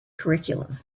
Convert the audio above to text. curriculum